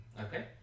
Okay